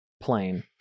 plane